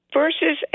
versus